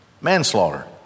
manslaughter